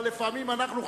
אבל לפעמים אנחנו,